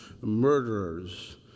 murderers